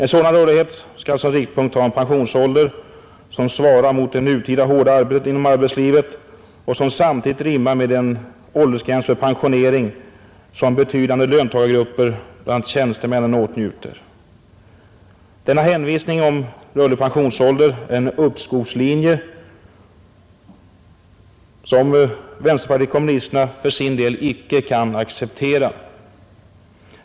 En sådan rörlighet skall som riktpunkt ha en pensionsålder, som svarar mot det nutida hårda arbetet inom arbetslivet och som samtidigt rimmar med den åldersgräns för pensionering som betydande löntagargrupper, bl.a. tjänstemännen, åtnjuter. De många hänvisningarna om rörlig pensionsålder är en uppskovslinje, som vänsterpartiet kommunisterna för sin del icke kan acceptera.